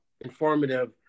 informative